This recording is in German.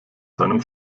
seinem